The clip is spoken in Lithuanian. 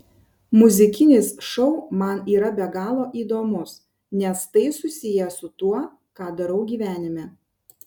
muzikinis šou man yra be galo įdomus nes tai susiję su tuo ką darau gyvenime